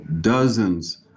dozens